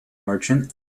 merchant